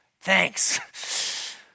Thanks